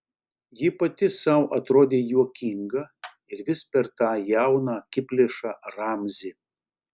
ji pati sau atrodė juokinga ir vis per tą jauną akiplėšą ramzį